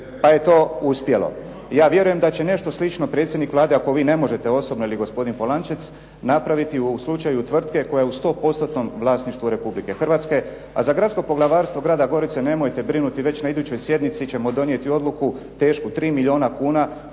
pa je to uspjelo. Ja vjerujem da će nešto slično predsjednik Vlade, ako vi ne možete osobno, ili gospodin Polančec, napraviti u slučaju tvrtke koja je u sto postotnom vlasništvu Republike Hrvatske, a za Gradsko poglavarstvo Grada Gorice nemojte brinuti. Već na idućoj sjednici ćemo donijeti odluku tešku 3 milijuna kuna